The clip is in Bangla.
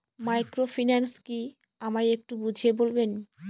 মাইক্রোফিন্যান্স কি আমায় একটু বুঝিয়ে বলবেন?